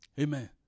Amen